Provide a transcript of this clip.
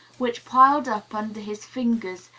which piled up under his fingers,